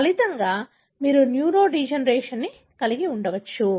ఫలితంగా మీరు న్యూరోడెజెనరేషన్ కలిగి ఉండవచ్చు